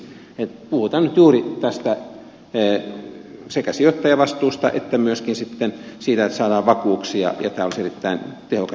puhutaan nyt juuri sekä sijoittajavastuusta että myöskin siitä että saadaan vakuuksia ja tämä olisi erittäin tehokas toimi